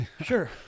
Sure